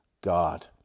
god